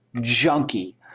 junkie